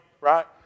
right